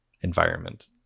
environment